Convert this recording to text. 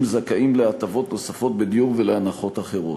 זכאים להטבות נוספות בדיור ולהנחות אחרות.